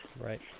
Right